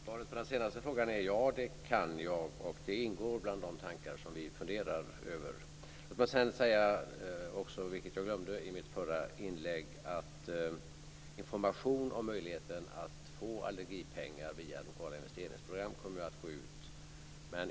Fru talman! Svaret på den sista frågan är: Ja, det kan jag. Det ingår i de tankar vi har. Jag glömde i mitt förra inlägg att säga att det skall gå ut information om möjligheten att få allergipengar via lokala investeringsprogram.